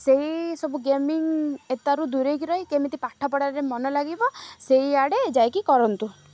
ସେଇ ସବୁ ଗେମିଂ ଠାରୁ ଦୂରେଇକି ରହି କେମିତି ପାଠପଢ଼ାରେ ମନ ଲାଗିବ ସେଇଆଡ଼େ ଯାଇକି କରନ୍ତୁ